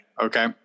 okay